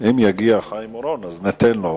אם יגיע חיים אורון אז ניתן לו.